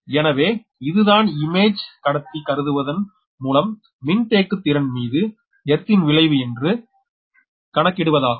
எனவே இதுதான் இமேஜ் கடத்தி கருதுவதன் மூலம் மின்தேக்குத்திறன் மீது ஏர்த் ன் விளைவு என்ன என்று கணக்கிடுவதாகும்